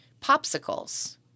Popsicles